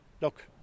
look